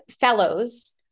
fellows